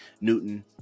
Newton